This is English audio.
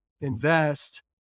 invest